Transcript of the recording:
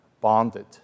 bonded